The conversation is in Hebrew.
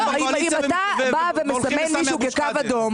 אם אתה מסמן מישהו כקו אדום,